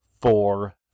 four